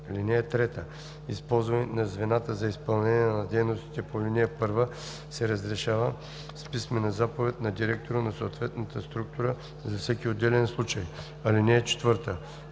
1. (3) Използването на звената за изпълнение на дейностите по ал. 1 се разрешава с писмена заповед на директора на съответната структура за всеки отделен случай. (4)